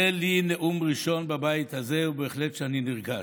זה לי נאום ראשון בבית הזה, ובהחלט אני נרגש,